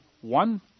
one